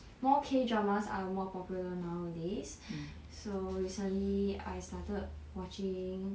more K dramas are more popular nowadays so recently I started watching